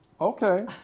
Okay